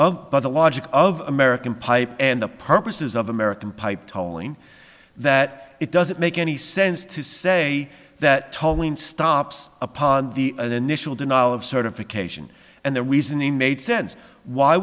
oh by the logic of american pipe and the purposes of american pipe towing that it doesn't make any sense to say that towing stops upon the initial denial of certification and the reason the made sense why